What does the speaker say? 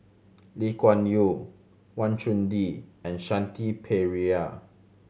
Lee Kuan Yew Wang Chunde and Shanti Pereira